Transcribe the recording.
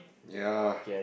ya